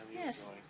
yes,